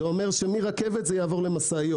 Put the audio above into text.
זה אומר שמרכבת זה יעבור למשאיות.